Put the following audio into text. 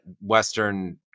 Western